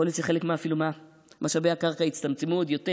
להיות שחלק ממשאבי הקרקע יצטמצמו עוד יותר.